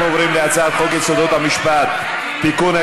אנחנו עוברים להצעת חוק יסודות המשפט (תיקון,